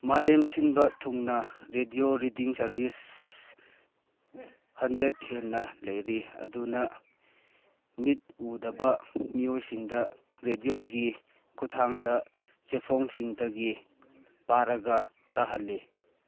ꯃꯥꯂꯦꯝ ꯁꯤꯟꯕ ꯊꯨꯡꯅ ꯔꯦꯗꯤꯑꯣ ꯔꯤꯗꯤꯡ ꯁꯔꯚꯤꯁ ꯍꯟꯗ꯭ꯔꯦꯠ ꯍꯦꯟꯅ ꯂꯩꯔꯤ ꯑꯗꯨꯅ ꯃꯤꯠ ꯎꯗꯕ ꯃꯤꯑꯣꯏꯁꯤꯡꯗ ꯔꯦꯗꯤꯑꯣꯒꯤ ꯈꯨꯊꯥꯡꯗ ꯆꯦꯐꯣꯡꯁꯤꯡꯗꯒꯤ ꯄꯥꯔꯒ ꯇꯥꯍꯜꯂꯤ